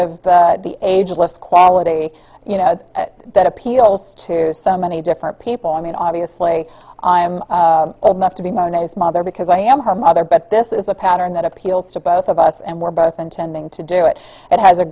of the ageless quality you know that appeals to so many different people i mean obviously i'm old enough to be known as mother because i am her mother but this is a pattern that appeals to both of us and we're both intending to do it it has a